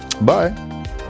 bye